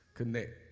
Connect